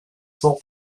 faure